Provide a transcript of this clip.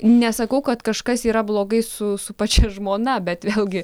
nesakau kad kažkas yra blogai su su pačia žmona bet vėlgi